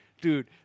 dude